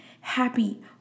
Happy